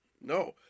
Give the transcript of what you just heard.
No